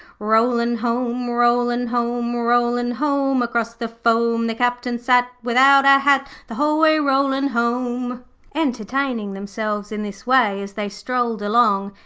rollin' home, rollin' home, rollin' home across the foam, the captain sat without a hat the whole way rollin' home entertaining themselves in this way as they strolled along,